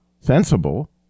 sensible